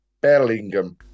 Bellingham